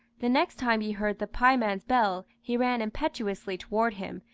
the next time he heard the pieman's bell he ran impetuously toward him,